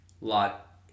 Lot